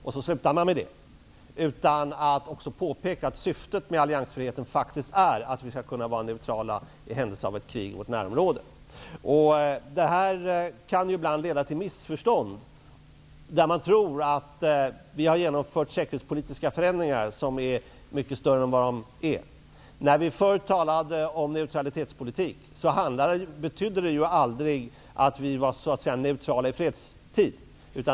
Sedan slutar man där utan att också påpeka att syftet med alliansfriheten faktiskt är att vi skall kunna vara neutrala i händelse av ett krig i vårt närområde. Det här kan ibland leda till missförstånd där man tror att vi har genomfört säkerhetspolitiska förändringar som är mycket större än vad de är. När vi förr i tiden talade om neutralitetspolitik betydde det aldrig att vi var neutrala i fredstid.